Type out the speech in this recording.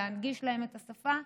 להנגיש להם את השפה,